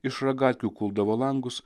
iš ragatkių kuldavo langus